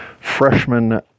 freshman